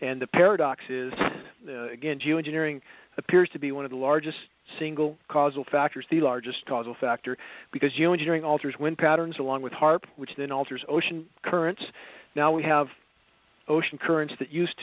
and the paradox is again geo engineering appears to be one of the largest single causal factors the largest causal factor because humans during alters wind patterns along with harp which then alters ocean currents now we have ocean currents that used